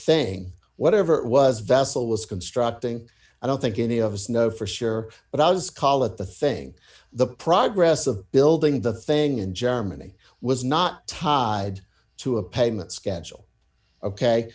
thing whatever it was vessel was constructing i don't think any of us know for sure but i was collett the thing the progress of building the thing in germany was not tied to a payment schedule ok